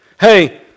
Hey